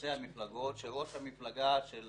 ראשי המפלגות, שראש המפלגה של